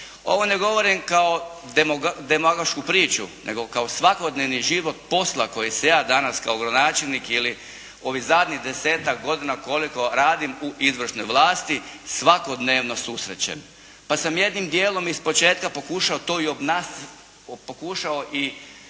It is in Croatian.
Ovo ne govorim kao demagošku priču nego kao svakodnevni život posla kojim se ja danas kao gradonačelnik ili ovih zadnjih 10-tak godina koliko radim u izvršnoj vlasti svakodnevno susrećem. Pa sam jednim dijelom ispočetka pokušao to i, pokušao i